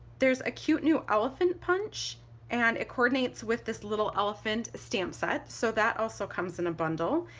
there's a cute new elephant punch and it coordinates with this little elephant stamp set so that also comes in a bundle.